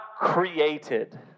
created